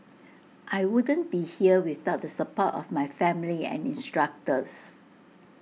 I wouldn't be here without the support of my family and instructors